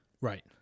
Right